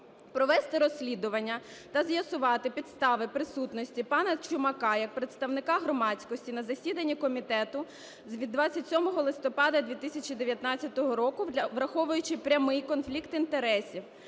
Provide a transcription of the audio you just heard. Провести розслідування та з'ясувати підстави присутності пана Чумака як представника громадськості на засіданні комітету від 28 листопада 2019 року, враховуючи прямий конфлікт інтересів